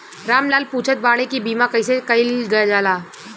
राम लाल पुछत बाड़े की बीमा कैसे कईल जाला?